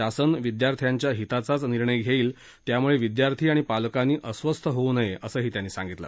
शासन विद्यार्थ्यांच्या हिताचाच निर्णय घेईल त्यामुळे विद्यार्थी आणि पालकांनी अस्वस्थ होऊ नये असंही त्यांनी सांगितलं